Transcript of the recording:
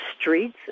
streets